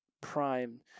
prime